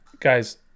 guys